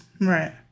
Right